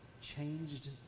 changed